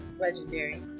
legendary